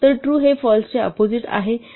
तर ट्रू हे फाल्स च्या अपोझिट आहे